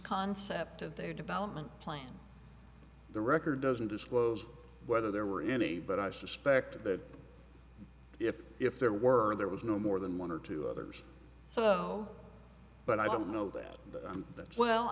concept of their development plan the record doesn't disclose whether there were any but i suspect that if if there were there was no more than one or two others so but i don't know